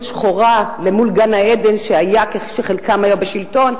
שחורה אל מול גן-העדן שהיה כשחלקם היה בשלטון,